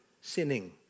sinning